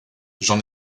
j’en